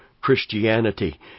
Christianity